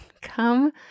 come